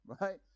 right